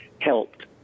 helped